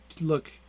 look